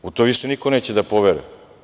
U to više niko neće da poveruje.